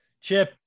chip